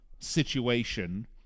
situation